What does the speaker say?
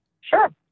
Sure